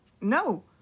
No